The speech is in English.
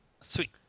Sweet